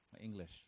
English